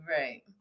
Right